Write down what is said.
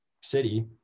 city